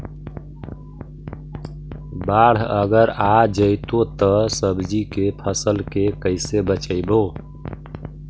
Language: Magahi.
बाढ़ अगर आ जैतै त सब्जी के फ़सल के कैसे बचइबै?